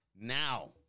now